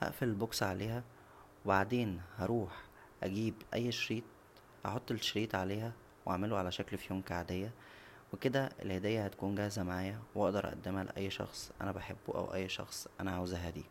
هقفل البوكس عليها وبعدين هروح اجيب اى شريط و احط الشريط عليها واعمله على شكل فيونكه عاديه كدا الهديه هتكون جاهزة معايا واقددر اقدمها لاى شخص انا بحبه او اى شخص انا عاوز اهاديه